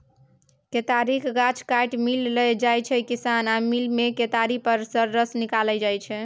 केतारीक गाछ काटि मिल लए जाइ छै किसान आ मिलमे केतारी पेर रस निकालल जाइ छै